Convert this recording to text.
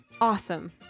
Awesome